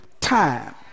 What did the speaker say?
time